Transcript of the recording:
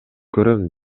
көрөм